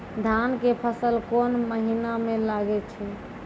धान के फसल कोन महिना म लागे छै?